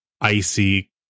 icy